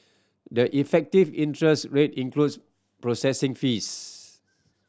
the effective interest rate includes processing fees